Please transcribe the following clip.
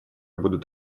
будут